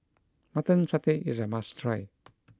Mutton Satay is a must try